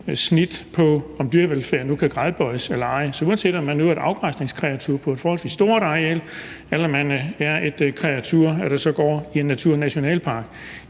til om dyrevelfærd nu kan gradbøjes eller ej. Så uanset om der er tale om et afgræsningskreatur på et forholdsvis stort areal eller et kreatur, der går i en naturnationalpark,